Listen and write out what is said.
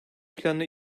planı